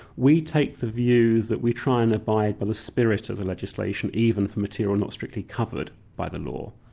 we take the view that we try and abide by the spirit of the legislation, even for material not strictly covered by the law.